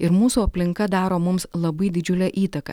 ir mūsų aplinka daro mums labai didžiulę įtaką